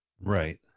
Right